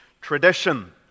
tradition